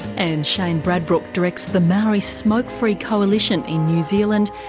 and shane bradbrook directs the maori smoke free coalition in new zealand,